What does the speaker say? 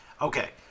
Okay